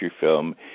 film